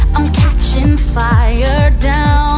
i'm catching fire down